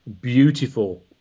beautiful